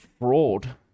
fraud